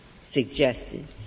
suggested